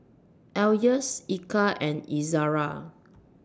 Elyas Eka and Izzara